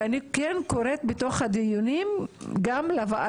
ואני כן קוראת לוועדה בדיונים לבדוק